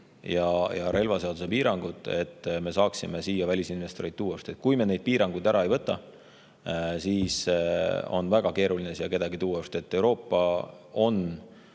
ja relvaseaduse piirangud. Me peame saama siia välisinvestoreid tuua. Kui me neid piiranguid ära ei võta, siis on väga keeruline siia kedagi tuua, sest Euroopa ja